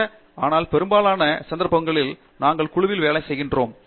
சில உள்ளன ஆனால் பெரும்பாலான சந்தர்ப்பங்களில் நாங்கள் குழுவில் வேலை செய்கிறோம்